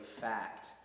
fact